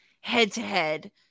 head-to-head